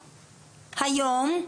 היום,